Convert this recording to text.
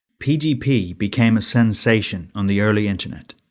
pgp became a sensation on the early internet.